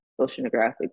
Oceanographic